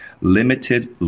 Limited